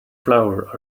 flour